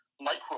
micro